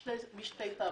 בשל שני טעמים.